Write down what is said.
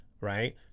right